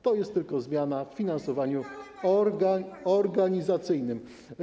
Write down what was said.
To jest tylko zmiana w finansowaniu organizacyjnym.